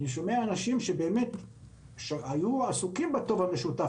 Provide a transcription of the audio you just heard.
אני שומע אנשים שהיו עסוקים בטוב המשותף,